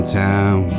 town